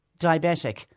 diabetic